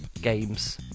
games